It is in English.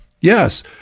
Yes